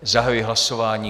Zahajuji hlasování.